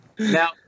Now